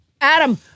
Adam